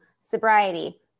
sobriety